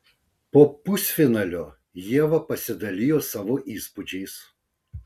po pusfinalio ieva pasidalijo savo įspūdžiais